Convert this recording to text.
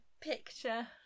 picture